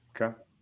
Okay